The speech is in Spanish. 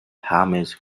james